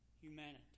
humanity